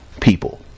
people